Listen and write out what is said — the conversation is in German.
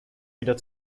wieder